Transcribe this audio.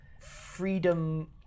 freedom